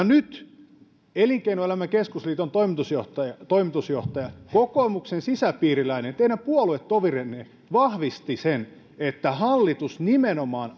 nyt elinkeinoelämän keskusliiton toimitusjohtaja toimitusjohtaja kokoomuksen sisäpiiriläinen teidän puoluetoverinne vahvisti sen että hallitus nimenomaan